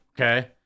Okay